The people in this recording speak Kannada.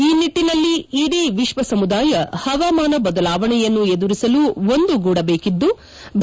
ಈ ನಿಟ್ಟನಲ್ಲಿ ಇಡೀ ವಿಕ್ಷ ಸಮುದಾಯ ಹವಾಮಾನ ಬದಲಾವಣೆಯನ್ನು ಎದುರಿಸಲು ಒಂದುಗೂಡಬೇಕಿದ್ಲು